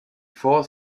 four